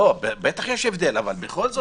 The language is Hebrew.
בטח יש הבדל, אבל בכל זאת.